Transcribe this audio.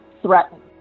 threatened